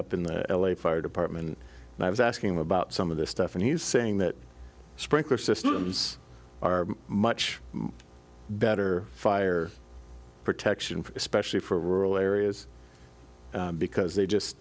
up in the l a fire department and i was asking him about some of this stuff and he's saying that sprinkler systems are much better fire protection for especially for rural areas because they